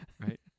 Right